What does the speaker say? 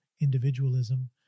individualism